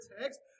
text